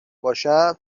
باشم